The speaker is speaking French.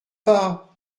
pas